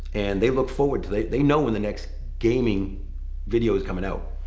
and they look forward to, they they know when the next gaming video is coming out.